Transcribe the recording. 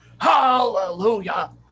Hallelujah